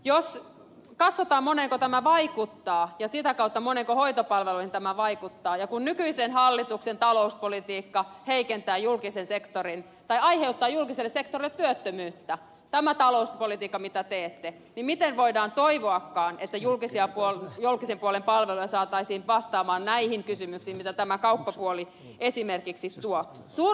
jos katsotaan moneenko tämä vaikuttaa ja sitä kautta moniinko hoitopalveluihin tämä vaikuttaa ja kun nykyisen hallituksen talouspolitiikka aiheuttaa julkiselle sektorille työttömyyttä tämä talouspolitiikka mitä teette niin miten voidaan toivoakaan että julkisen puolen palveluja saataisiin vastaamaan näihin kysymyksiin mitä tämä kauppapuoli esimerkiksi tuo